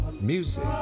music